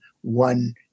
one